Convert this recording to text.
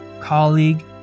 colleague